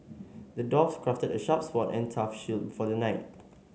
the dwarf crafted a sharp sword and a tough shield for the knight